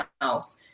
house